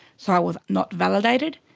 so i was not validated.